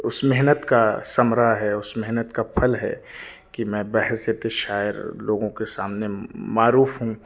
اس محنت کا ثمرہ ہے اس محنت کا پھل ہے کہ میں بحیثیت شاعر لوگوں کے سامنے معروف ہوں